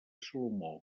salomó